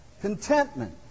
contentment